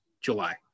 July